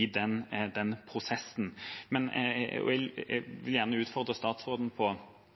i den prosessen. Jeg vil gjerne utfordre statsråden på